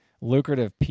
lucrative